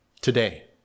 today